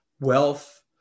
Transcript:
wealth